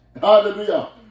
Hallelujah